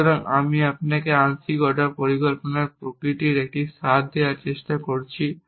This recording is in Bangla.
সুতরাং আমি আপনাকে আংশিক অর্ডার পরিকল্পনার প্রকৃতির একটি স্বাদ দেওয়ার চেষ্টা করছি